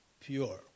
pure